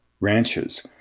ranches